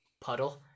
puddle